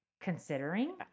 considering